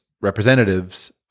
representatives